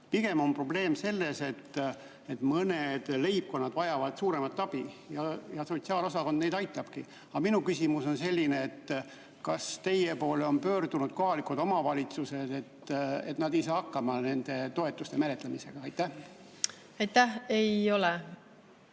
Pigem on probleem selles, et mõned leibkonnad vajavad suuremat abi ja sotsiaalosakond neid aitabki. Aga minu küsimus on selline: kas teie poole on pöördunud kohalikud omavalitsused, et nad ei saa hakkama nende toetuste menetlemisega? Aitäh, hea